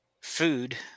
food